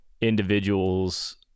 individuals